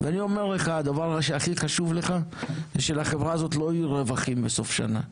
ואני אומר לך שהדבר הכי חשוב לך שלחברה הזאת לא יהיו רווחים בסוף שנה,